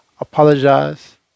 apologize